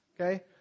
okay